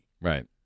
Right